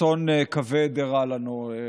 אסון כבד אירע לנו.